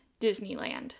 Disneyland